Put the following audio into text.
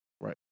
Right